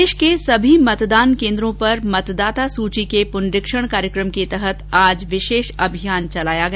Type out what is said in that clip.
प्रदेश के सभी मतदान केन्द्रों पर मतदाता सूची के पुनरीक्षण कार्यक्रम के तहत आज विशेष अभियान चलाया गया